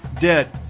dead